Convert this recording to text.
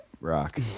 rock